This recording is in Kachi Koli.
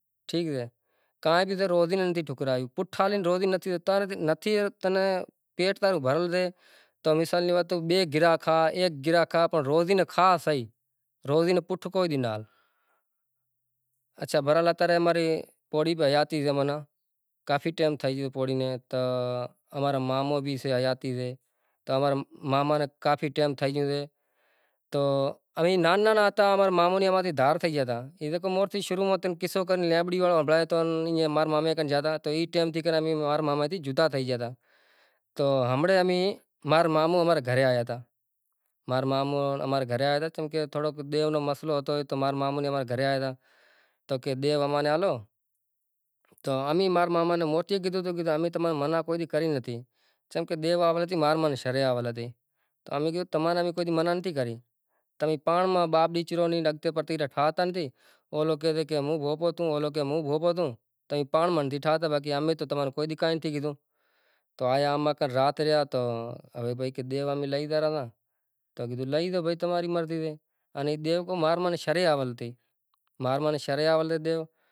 ان کاروں کاروں تو آنپڑے کاروں تو اتلی کاروں تھے گیوں کہ مانڑوں بھاگی بھاگی لئی ریا ائیں بیزو تو زیادہ تر تو ہوے اتا رے نوا نوا گیم آوے ریا ایں زے ماں مانڑاں پیشا کمائے ریا ایںپہریں مانڑاں محنت زام کرتا اتا رے بھی کرے ریا ایں، پنڑ زیادہ تر نتھی ہمزتا پنڑ گیم تھے گیا سوٹھا سوٹھا ای ماں پیشا بھی زڑے ریا اکائونٹ وغیرہ ٹھورائے شگوں مطلب ائیں پہریں تو اکائونٹ وغیرہ ناں ہوتا مطلب کیش او کیش روپیو اکائونٹ میں بھی پیشا آشیں ای مطلب ٹیکنالاجی تھائی اے، ائیں پہریں کارڈ نا ں ہوتا کارڈ ہوے مشیناں میں زاوے سے وڑی او ٹھورائیسے ای ماناں کارڈ ان لیٹاں روں تاروں تھئی گیوں، ای بیزوں مطلب ایوی تو خاص چیزوں ہوئیں، بس بس ہوے بس ننکے ننکے سفر ہاروں